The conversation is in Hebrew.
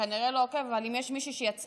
אתה כנראה לא עוקב, אבל אם יש מישהי שיצאה